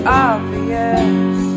obvious